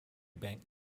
bank